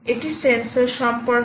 এটি সেন্সর সম্পর্কে